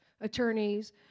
attorneys